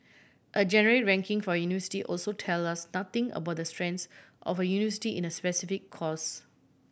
a generic ranking for a university also tell us nothing about the strengths of a university in a specific course